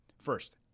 first